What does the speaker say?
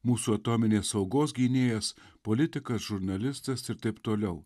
mūsų atominės saugos gynėjas politikas žurnalistas ir taip toliau